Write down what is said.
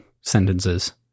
sentences